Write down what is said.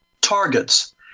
Targets